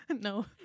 No